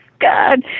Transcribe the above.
God